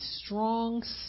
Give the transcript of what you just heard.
strong